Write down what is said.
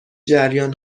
جریان